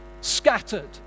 scattered